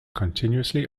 continuously